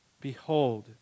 Behold